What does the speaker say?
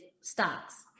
stocks